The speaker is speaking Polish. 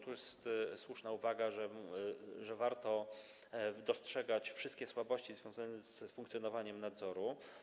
To jest słuszna uwaga, że warto dostrzegać wszystkie słabości związane z funkcjonowaniem nadzoru.